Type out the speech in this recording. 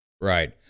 Right